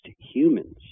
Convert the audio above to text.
humans